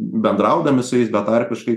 bendraudami su jais betarpiškai